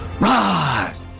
rise